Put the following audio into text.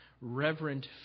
reverent